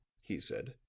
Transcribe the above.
he said.